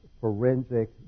forensic